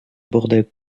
bordel